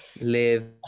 live